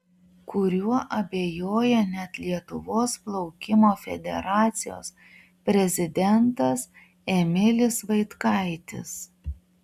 kuriuo abejoja net lietuvos plaukimo federacijos prezidentas emilis vaitkaitis